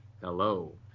Hello